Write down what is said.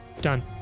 Done